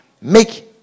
make